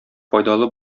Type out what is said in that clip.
файдалы